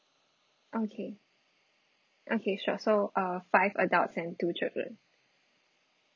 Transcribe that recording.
okay okay sure so uh five adults and two children